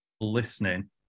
listening